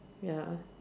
ya